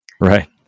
Right